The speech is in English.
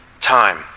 time